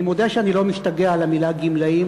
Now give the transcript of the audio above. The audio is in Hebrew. אני מודה שאני לא משתגע על המילה "גמלאים",